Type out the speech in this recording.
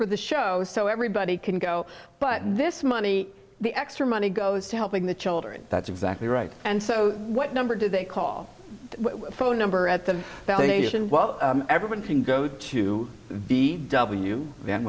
for the show so everybody can go but this money the extra money goes to helping the children that's exactly right and so what number do they call phone number at the nation well everyone can go to the